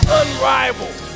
unrivaled